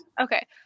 okay